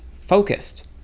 focused